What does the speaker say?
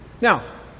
Now